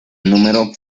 número